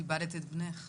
איבדת את בנך באסון.